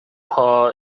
paw